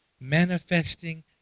manifesting